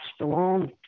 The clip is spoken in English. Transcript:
Stallone